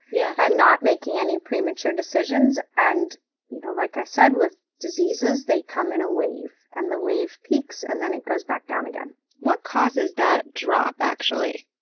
yeah and not making any premature decisions. and you know like i said, with diseases, they come in a wave. and the wave peaks, and then it goes back down again what causes that drop, actually?